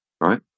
right